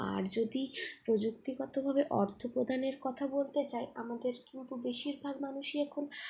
আর যদি প্রযুক্তিগতভাবে অর্থ প্রদানের কথা বলতে চাই আমাদের কিন্তু বেশিরভাগ মানুষই এখন